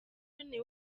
niwe